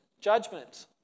Judgment